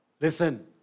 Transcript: listen